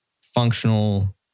functional